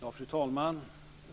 Fru talman!